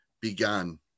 began